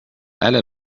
بله